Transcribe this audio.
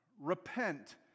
repent